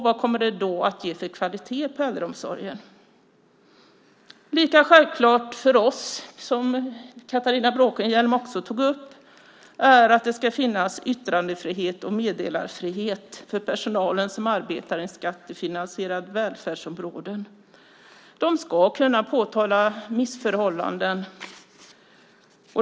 Vad kommer det att ge för kvalitet i äldreomsorgen? Lika självklart för oss, som Catharina Bråkenhielm också tog upp, är att det ska finnas yttrandefrihet och meddelarfrihet för personal som arbetar inom ett skattefinansierat välfärdsområde. De ska kunna påtala missförhållanden.